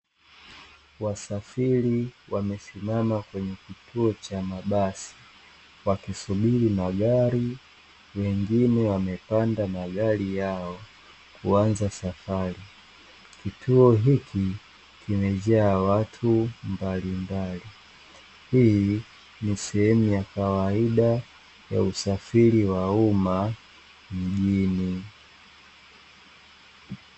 Wasafiri wamesimama kwenye kituo cha mabasi, wakisubiri magari wengine wamepanda magari yao kuanza safari. Kituo hiki kimejaa watu mbalimbali, hii ni sehemu ya kawaida ya usafiri wa umma mjini.